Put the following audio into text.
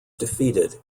defeated